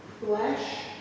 flesh